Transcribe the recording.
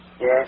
Yes